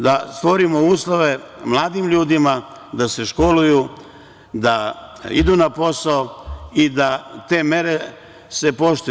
Da stvorimo uslove mladim ljudima da se školuju, da idu na posao i da se te mere poštuju.